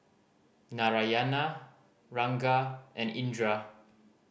Narayana Ranga and Indira